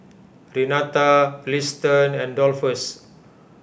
Renata Liston and Dolphus